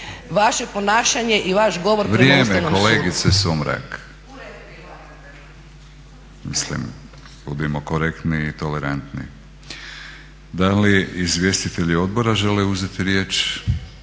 Vrijeme kolegice Sumrak. Mislim budimo korektni i tolerantni. Da li izvjestitelji odbora žele uzeti riječ?